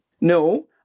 No